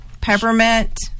Peppermint